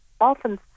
often